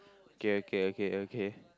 okay okay okay okay